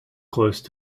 close